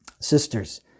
Sisters